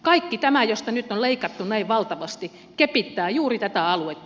kaikki tämä josta nyt on leikattu näin valtavasti kepittää juuri tätä aluetta